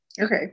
Okay